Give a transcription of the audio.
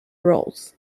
roles